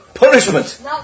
punishment